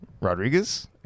rodriguez